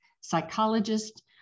psychologist